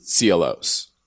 CLOs